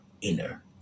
inner